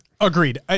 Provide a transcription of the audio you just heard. Agreed